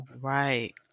Right